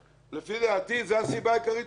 זו הסיבה העיקרית לחוק